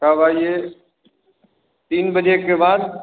कब आइए तीन बजे के बाद